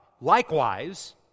Likewise